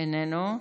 איננו,